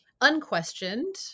unquestioned